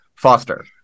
foster